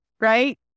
Right